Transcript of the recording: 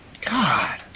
God